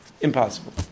Impossible